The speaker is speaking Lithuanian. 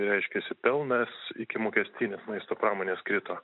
reiškiasi pelnas ikimokestinis maisto pramonės krito